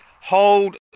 hold